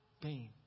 pain